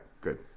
Good